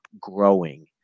growing